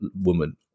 woman